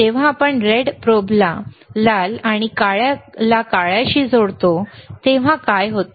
जेव्हा आपण रेड प्रोबला लाल आणि काळ्याला काळ्याशी जोडतो तेव्हा काय होते